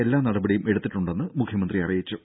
എല്ലാ നടപടിയും എടുത്തിട്ടുണ്ടെന്ന് മുഖ്യമന്ത്രി അറിയിച്ചു